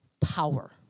power